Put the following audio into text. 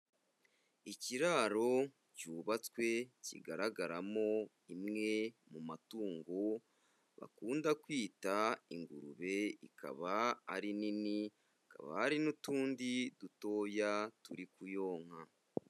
Ikiraro cyubatswe kigaragaramo imwe mu matungo bakunda kwita ingurube, ikaba ari nini hakaba hari n'utundi dutoya turi kuyonka.